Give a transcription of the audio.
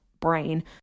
brain